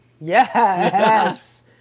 Yes